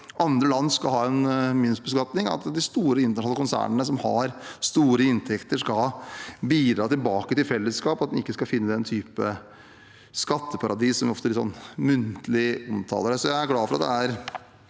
andre land skal ha en minimumsbeskatning, at de store internasjonale konsernene som har store inntekter, skal bidra tilbake til fellesskapet, og at en ikke skal finne den typen skatteparadiser, som vi ofte omtaler det som muntlig. Jeg er glad for at det er